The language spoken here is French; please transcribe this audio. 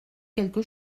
quelque